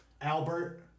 Albert